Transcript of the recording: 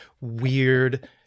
weird